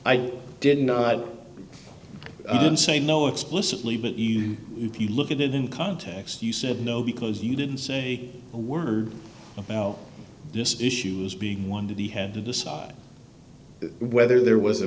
i didn't say no explicitly but even if you look at it in context you said no because you didn't say a word about this issue as being one did he had to decide whether there was a